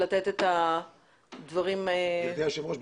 גברתי היושבת ראש,